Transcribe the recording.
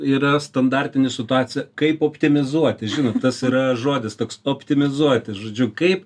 yra standartinė situacija kaip optimizuoti žinot tas yra žodis toks optimizuoti žodžiu kaip